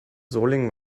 solingen